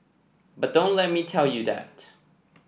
but don't let me tell you that